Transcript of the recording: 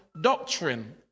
doctrine